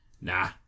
nah